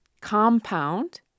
compound